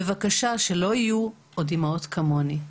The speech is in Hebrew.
בבקשה, שלא יהיו עוד אימהות כמוני.